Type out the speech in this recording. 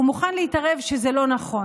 הוא מוכן להתערב שזה לא נכון.